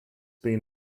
been